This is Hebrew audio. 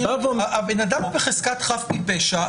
היא אומרת --- הבן אדם הוא בחזקת חף מפשע.